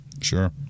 Sure